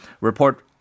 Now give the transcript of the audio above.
report